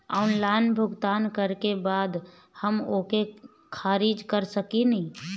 Online भुगतान करे के बाद हम ओके खारिज कर सकेनि?